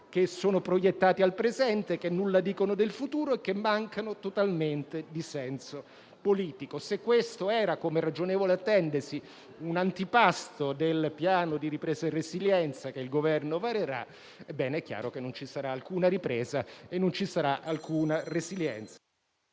che sono proiettati al presente, che nulla dicono del futuro e che mancano totalmente di senso politico. Se questo era, com'è ragionevole attendersi, un antipasto del Piano di ripresa e resilienza che il Governo varerà, è chiaro che non ci sarà alcuna ripresa e non ci sarà alcuna resilienza.